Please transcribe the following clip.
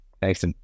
Thanks